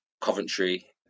Coventry